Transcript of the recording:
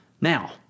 Now